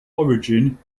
origin